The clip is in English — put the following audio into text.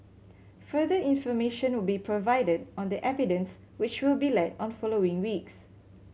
further information will be provided on the evidence which will be led on following weeks